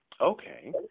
Okay